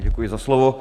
Děkuji za slovo.